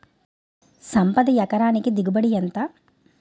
సంపద ఎకరానికి దిగుబడి ఎంత?